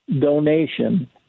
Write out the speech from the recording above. donation